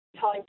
time